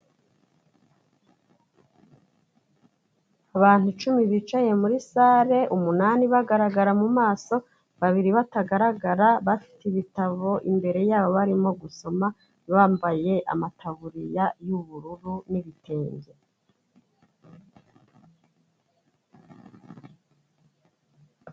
Abantu icumi bicaye muri sale, umunani bagaragara mu maso, babiri batagaragara, bafite ibitabo imbere yabo barimo gusoma, bambaye amataburiya y'ubururu n'ibitenge.